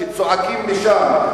שצועקים משם,